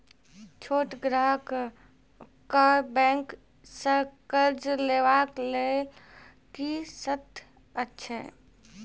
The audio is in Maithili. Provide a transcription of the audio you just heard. छोट ग्राहक कअ बैंक सऽ कर्ज लेवाक लेल की सर्त अछि?